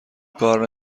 کار